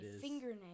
fingernail